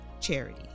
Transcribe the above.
charity